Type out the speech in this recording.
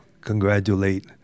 congratulate